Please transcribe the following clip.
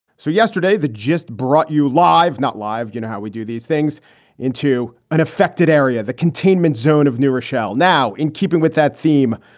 so yesterday they just brought you live, not live. you know how we do these things into an affected area. the containment zone of new rochelle now in keeping with that theme.